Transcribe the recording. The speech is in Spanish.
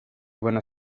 buena